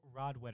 Rodwetter